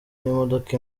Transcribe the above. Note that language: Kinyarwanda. n’imodoka